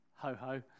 Ho-ho